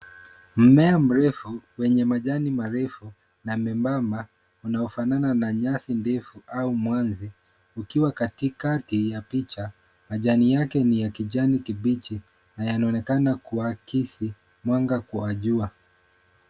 Mmea mrefu wenye majani marefu na myebamba unaofanana na nyasi ndefu au mwanzi ukiwa katikati ya picha. Majani yake ni ya kijani kibichi na yanaonekana kuakisi mwanga wa jua.